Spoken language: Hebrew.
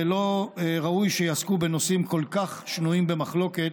ולא ראוי שיעסקו בנושאים כל כך שנויים במחלוקת